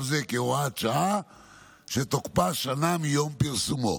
זה כהוראת שעה שתוקפה שנה מיום פרסומו.